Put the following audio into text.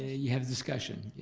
you have discussion, yes?